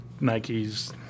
Nikes